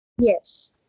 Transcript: Yes